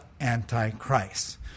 Antichrist